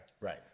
Right